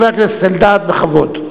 חבר הכנסת אלדד, בכבוד.